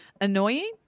annoying